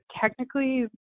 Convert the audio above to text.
technically